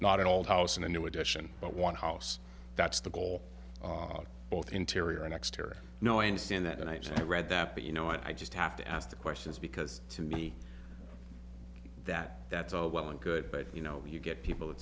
not an old house and a new addition but one house that's the goal of both interior and exterior no i understand that and i read that but you know i just have to ask the questions because to me that that's all well and good but you know you get people that